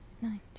Nine